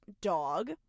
Dog